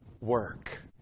work